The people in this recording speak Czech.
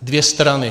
Dvě strany.